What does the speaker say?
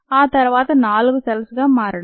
ఆ తర్వాత నాలుగు సెల్స్ గా మారడమే